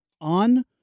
on